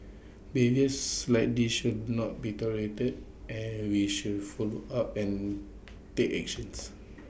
behaviours like this should not be tolerated and we should follow up and take actions